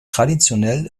traditionell